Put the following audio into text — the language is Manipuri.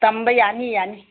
ꯇꯝꯕ ꯌꯥꯅꯤ ꯌꯥꯅꯤ